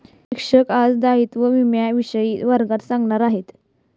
शिक्षक आज दायित्व विम्याविषयी वर्गात सांगणार आहेत